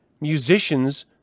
musicians